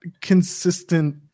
consistent